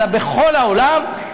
אלא בכל העולם,